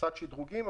קצת שדרוגים.